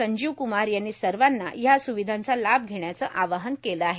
संजीव कुमार यांनी सर्वांना हव्या सुविधांचा लाभ घेण्याचं आवाहन केलं आहे